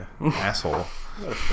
asshole